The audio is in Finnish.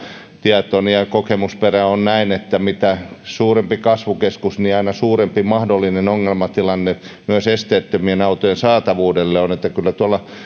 tietoni ja kokemusperäni on se että mitä suurempi kasvukeskus niin aina suurempi mahdollinen ongelmatilanne myös esteettömien autojen saatavuudelle on kyllä